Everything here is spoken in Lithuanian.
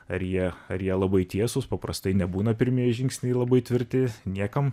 ar jie ar jie labai tiesūs paprastai nebūna pirmieji žingsniai labai tvirti niekam